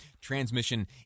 transmission